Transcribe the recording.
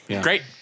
Great